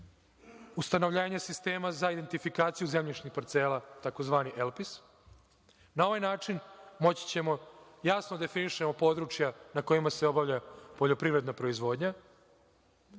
ustanovljavanje sistema za indentifikaciju zemljišnih parcela, tzv. „Elpis“. Na ovaj način, moći ćemo jasno da definišemo područja na kojima se obavlja poljoprivredna proizvodnja.